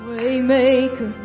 Waymaker